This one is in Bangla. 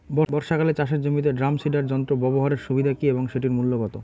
বর্ষাকালে চাষের জমিতে ড্রাম সিডার যন্ত্র ব্যবহারের সুবিধা কী এবং সেটির মূল্য কত?